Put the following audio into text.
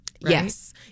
Yes